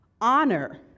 honor